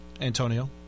Antonio